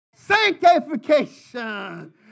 Sanctification